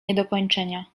niedokończenia